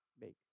make